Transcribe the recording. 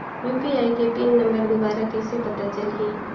UPI के pin number दुबारा कइसे पता चलही?